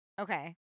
Okay